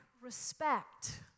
respect